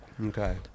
okay